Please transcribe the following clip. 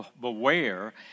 Beware